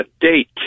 date